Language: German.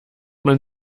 man